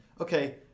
Okay